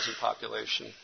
population